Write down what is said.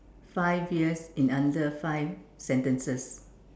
five years in under five sentences